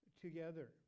together